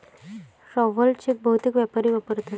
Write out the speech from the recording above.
travel cheque बहुतेक व्यापारी वापरतात